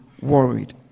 worried